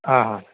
हां हां